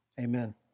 amen